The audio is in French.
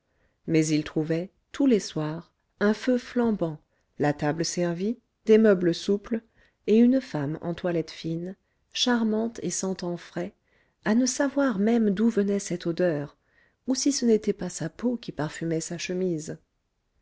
mais il trouvait tous les soirs un feu flambant la table servie des meubles souples et une femme en toilette fine charmante et sentant frais à ne savoir même d'où venait cette odeur ou si ce n'était pas sa peau qui parfumait sa chemise